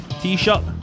t-shirt